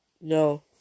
No